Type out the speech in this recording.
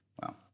Wow